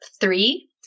Three